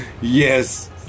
Yes